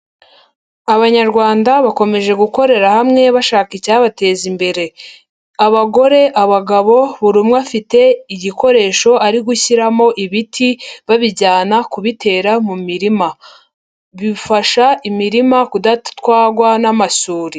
Abanyarwanda bakomeje gukorera hamwe bashaka icyabateza imbere. Abagore, abagabo buri umwe afite igikoresho ari gushyiramo ibiti, babijyana kubitera mu mirima. Bifasha imirima kudatwarwa n'amasuri.